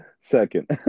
second